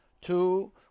two